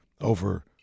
over